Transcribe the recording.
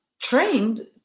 trained